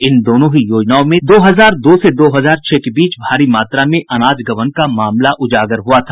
इन दोनों ही योजनाओं में दो हजार दो से दो हजार छह के बीच भारी मात्रा में अनाज गबन का मामला उजागर हुआ था